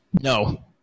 No